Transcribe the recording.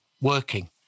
working